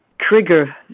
trigger